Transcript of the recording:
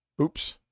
Oops